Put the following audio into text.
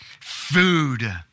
food